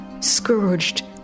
scourged